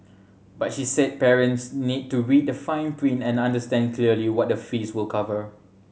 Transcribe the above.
but she said parents need to read the fine print and understand clearly what the fees will cover